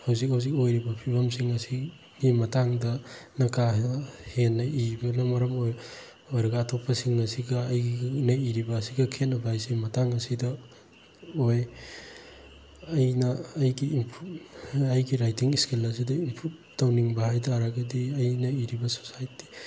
ꯍꯧꯖꯤꯛ ꯍꯧꯖꯤꯛ ꯑꯣꯏꯔꯤꯕ ꯐꯤꯕꯝꯁꯤꯡ ꯑꯁꯤꯒꯤ ꯃꯇꯥꯡꯗ ꯀꯥ ꯍꯦꯟꯅ ꯏꯕꯅ ꯃꯔꯝ ꯑꯣꯏꯔꯒ ꯑꯇꯣꯞꯄꯁꯤꯡ ꯑꯁꯤꯒ ꯑꯩꯅ ꯏꯔꯤꯕ ꯑꯁꯤꯒ ꯈꯦꯅꯕ ꯍꯥꯏꯁꯦ ꯃꯇꯥꯡ ꯑꯁꯤꯗ ꯑꯣꯏ ꯑꯩꯅ ꯑꯩꯒꯤ ꯑꯩꯒꯤ ꯔꯥꯏꯇꯤꯡ ꯁ꯭ꯀꯤꯜ ꯑꯁꯤꯗꯤ ꯏꯝꯄ꯭ꯔꯨꯞ ꯇꯧꯅꯤꯡꯕ ꯍꯥꯏꯕ ꯇꯥꯔꯒꯗꯤ ꯑꯩꯅ ꯏꯔꯤꯕ ꯁꯣꯁꯥꯏꯇꯤ